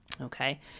Okay